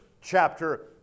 chapter